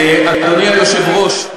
אדוני היושב-ראש,